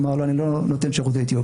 אז הוא אמר לו: אני לא נותן שירות לאתיופים.